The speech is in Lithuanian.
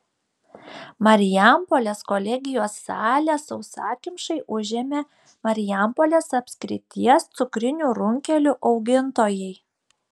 marijampolės kolegijos salę sausakimšai užėmė marijampolės apskrities cukrinių runkelių augintojai